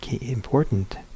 important